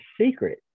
secret